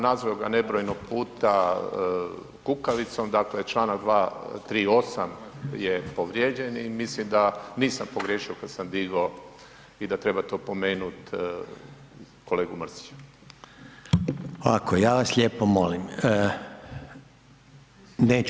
Nazvao ga je nebrojeno puta kukavicom, dakle članak 238. je povrijeđen i mislim da nisam pogriješio kada sam digo i da trebate opomenuti kolegu Mrsića.